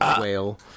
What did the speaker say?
whale